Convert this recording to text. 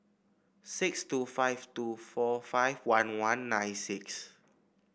six two five two four five one one nine six